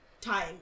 time